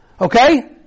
Okay